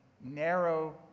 narrow